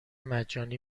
مجانی